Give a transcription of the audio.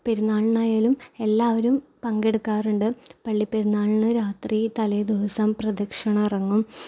പെരുന്നാളിനായാലും എല്ലാവരും പങ്കെടുക്കാറുണ്ട് പള്ളിപെരുന്നാളിന് രാത്രി തലേദിവസം പ്രദക്ഷണം ഇറങ്ങും